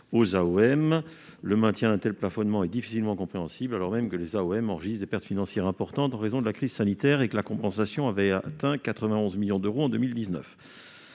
aux AOM. Le maintien d'un tel plafonnement est difficilement compréhensible, alors même que les AOM enregistrent des pertes financières importantes en raison de la crise sanitaire et que la compensation avait atteint 91 millions d'euros en 2019.